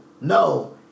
No